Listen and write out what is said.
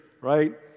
right